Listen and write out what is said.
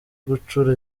gucura